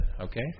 Okay